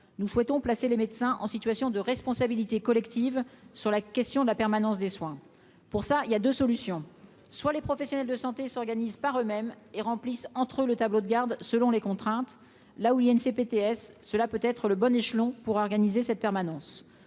nous souhaitons placer les médecins en situation de responsabilité collective sur la question de la permanence des soins pour ça, il y a 2 solutions : soit les professionnels de santé s'organisent par eux-mêmes et remplissent entre le tableau de garde selon les contraintes là où il y a une ces BTS, cela peut être le bon échelon pour organiser cette permanence,